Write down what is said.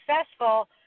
successful